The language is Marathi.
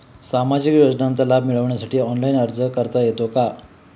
सामाजिक योजनांचा लाभ मिळवण्यासाठी ऑनलाइन अर्ज करता येतो का?